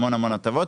המון המון הטבות,